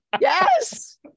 Yes